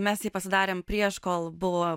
mes jį pasidarėm prieš kol buvo